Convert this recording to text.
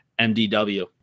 MDW